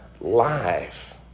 life